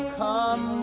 come